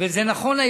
זה היה נכון,